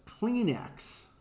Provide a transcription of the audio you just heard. Kleenex